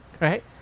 right